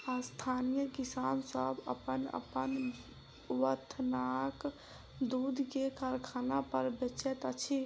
स्थानीय किसान सभ अपन अपन बथानक दूध के कारखाना पर बेचैत छथि